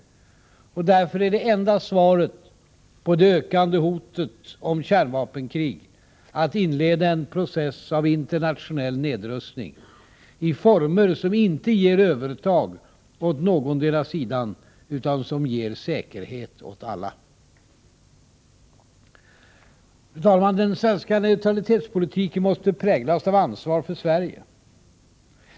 Därför är det enda svaret på det ökande hotet om kärnvapenkrig att inleda en process av internationell nedrustning, i former som inte ger övertag åt någondera sidan utan som ger säkerhet åt alla. Fru talman! Den svenska neutralitetspolitiken måste präglas av ansvar för Sverige.